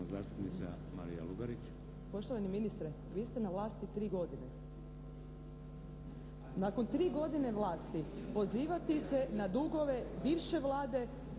Poštovani ministre, vi ste na vlasti tri godine. Nakon tri godine vlasti pozivati se na dugove bivše Vlade